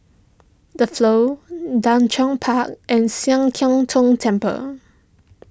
the Flow Park and Sian Keng Tong Temple